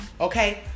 Okay